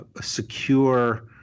secure